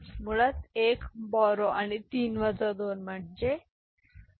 तर मुळात १ बोरो आणि 3 वजा 2 म्हणजे 1